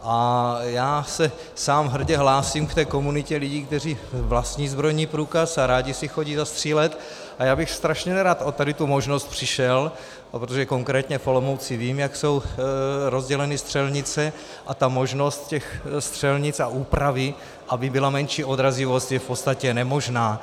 A já se sám hrdě hlásím k té komunitě lidí, kteří vlastní zbrojní průkaz a rádi si chodí zastřílet, a já bych strašně nerad o tu možnost přišel, protože konkrétně v Olomouci vím, jak jsou rozděleny střelnice, a ta možnost střelnic a úpravy, aby byla menší odrazivost, je v podstatě nemožná.